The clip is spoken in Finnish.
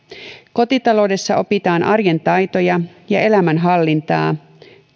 kotitaloudessa opitaan arjen taitoja ja elämänhallintaa